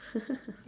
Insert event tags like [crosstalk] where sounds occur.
[laughs]